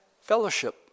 Fellowship